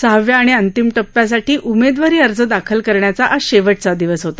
सहाव्या आणि अंतिम टप्प्यासाठी उमद्ववारी अर्ज दाखल करण्याचा आज शद्ववेचा दिवस होता